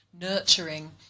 nurturing